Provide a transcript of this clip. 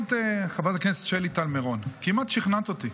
חברת הכנסת שלי טל מירון, כמעט שכנעת אותי.